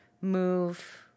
move